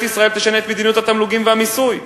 ישראל תשנה את מדיניות התמלוגים והמיסוי.